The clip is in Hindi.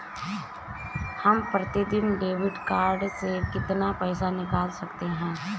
हम प्रतिदिन डेबिट कार्ड से कितना पैसा निकाल सकते हैं?